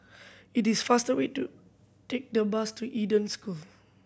it is faster way to take the bus to Eden School